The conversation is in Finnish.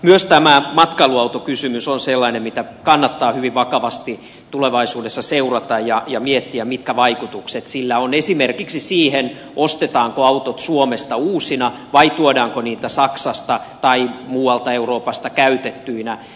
myös tämä matkailuautokysymys on sellainen mitä kannattaa hyvin vakavasti tulevaisuudessa seurata ja miettiä mitkä vaikutukset sillä on esimerkiksi siihen ostetaanko autot suomesta uusina vai tuodaanko niitä saksasta tai muualta euroopasta käytettyinä